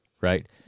Right